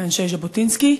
מאנשי ז'בוטינסקי.